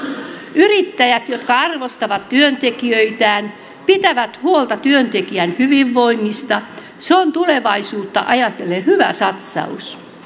yrittäjät jotka arvostavat työntekijöitään pitävät huolta työntekijän hyvinvoinnista se on tulevaisuutta ajatellen hyvä satsaus